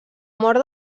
mort